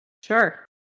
Sure